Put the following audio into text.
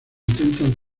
intentan